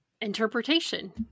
interpretation